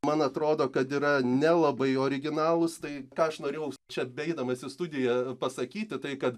man atrodo kad yra nelabai originalūs tai ką aš norėjau čiabeeidamas į studiją pasakyti tai kad